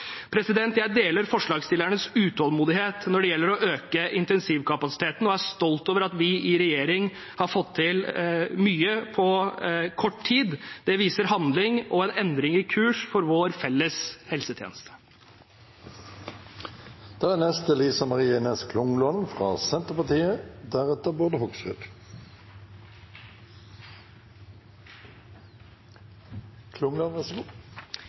Jeg deler forslagsstillernes utålmodighet når det gjelder å øke intensivkapasiteten, og er stolt over at vi i regjering har fått til mye på kort tid. Det viser handling og en endring i kurs for vår felles helsetjeneste. Etter to år med pandemi har me verkeleg sett det presset som er